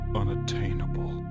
unattainable